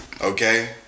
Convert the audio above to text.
Okay